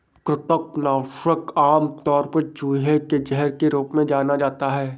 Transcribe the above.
कृंतक नाशक आमतौर पर चूहे के जहर के रूप में जाना जाता है